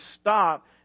stop